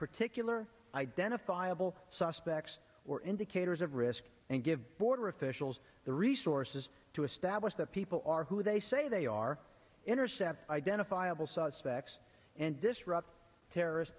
particular identifiable suspects or indicators of risk and give border officials the resources to establish that people are who they say they are intercept identifiable suspects and disrupt terrorist